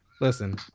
listen